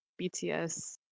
bts